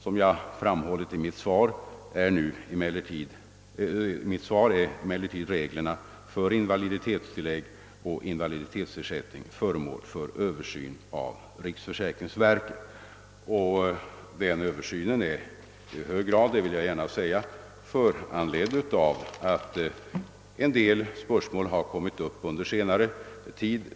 Som jag framhållit i mitt svar är emellertid reglerna för invaliditetstillägg och invaliditetsersättning föremål för översyn av riksförsäkringsverket, och jag vill gärna erkänna att den översynen i hög grad är föranledd av en hel del spörsmål som har uppkommit under senare tid.